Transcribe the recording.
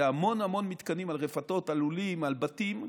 המון המון מתקנים, על רפתות, על לולים, על בתים,